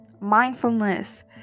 Mindfulness